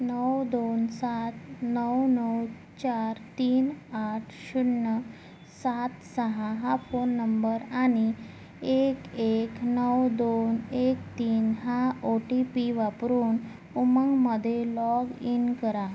नऊ दोन सात नऊ नऊ चार तीन आठ शून्य सात सहा हा फोन नंबर आणि एक एक नऊ दोन एक तीन हा ओ टी पी वापरून उमंगमधे लॉग इन करा